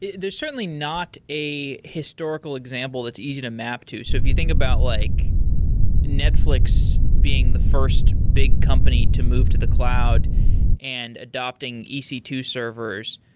there's certainly not a historical example that's easy to map to. so if you think about like netflix being the first big company to move to the cloud and adapting e c two servers,